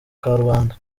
karubanda